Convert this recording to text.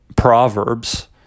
Proverbs